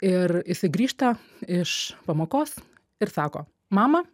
ir jisai grįžta iš pamokos ir sako mama